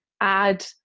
add